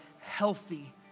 healthy